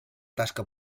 tasca